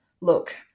Look